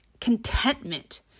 contentment